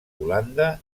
holanda